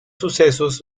sucesos